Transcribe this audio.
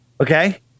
Okay